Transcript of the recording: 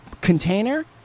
container